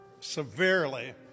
severely